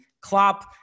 Klopp